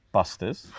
Busters